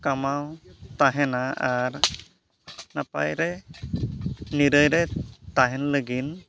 ᱠᱟᱢᱟᱣ ᱛᱟᱦᱮᱱᱟ ᱟᱨ ᱱᱟᱯᱟᱭ ᱨᱮ ᱱᱤᱨᱟᱹᱭ ᱨᱮ ᱛᱟᱦᱮᱱ ᱞᱟᱹᱜᱤᱫ